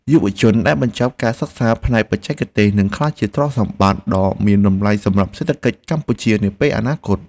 យុវជនដែលបញ្ចប់ការសិក្សាផ្នែកបច្ចេកទេសនឹងក្លាយជាទ្រព្យសម្បត្តិដ៏មានតម្លៃសម្រាប់សេដ្ឋកិច្ចកម្ពុជានាពេលអនាគត។